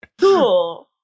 Cool